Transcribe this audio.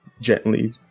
gently